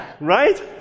Right